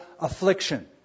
affliction